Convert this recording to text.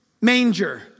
manger